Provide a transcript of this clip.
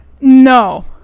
No